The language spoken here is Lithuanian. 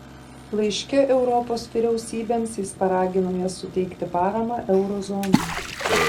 laiške europos vyriausybėms jis paragino jas suteikti paramą euro zonai